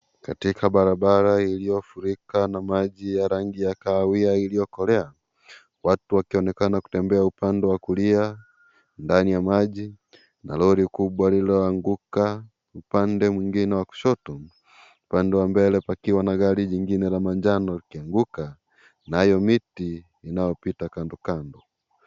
Katika barabara iliyofurika na maji ya rangi kahawia iliyokolea watu wakionekana kutembea upande wa kulia ndani ya maji na lori kubwa lililoanguka upande mwingine wa kushoto upande wa mbele pakiwa na gari lingine la manjano likianguka nayo miti inayopita kando kando .